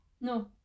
no